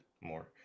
more